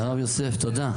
מירב יוסף, תודה רבה.